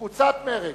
קבוצת מרצ,